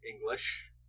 English